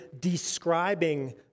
describing